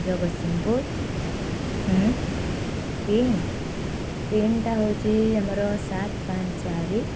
Jagatsinghpur pin ପିନ୍ଟା ହେଉଛି ଆମର ସାତ ପାଞ୍ଚ ଚାରି